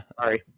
Sorry